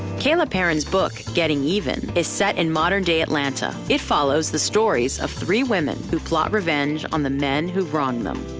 kayla perrin's book, getting even, is set in modern day atlanta. it follows the stories of three women who plot revenge on the men who've wronged them.